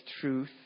truth